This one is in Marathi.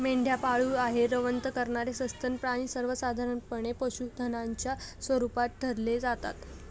मेंढ्या पाळीव आहे, रवंथ करणारे सस्तन प्राणी सर्वसाधारणपणे पशुधनाच्या स्वरूपात ठेवले जातात